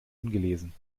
ungelesen